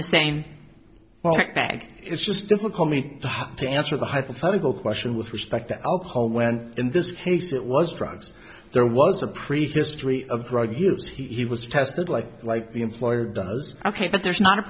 the same bag it's just difficult to answer the hypothetical question with respect to alcohol when in this case it was drugs there was a prehistory of drug use he was tested like like the employer does ok but there's not a